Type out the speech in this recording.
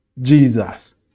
Jesus